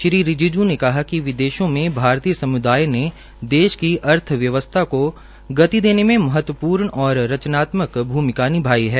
श्री रिजिज् ने कहा कि विदेशों में भारतीय समृदाय के देश की अर्थव्यवस्था को गति देने में महत्वपूर्ण और रचनात्मक भूमिका निभाई है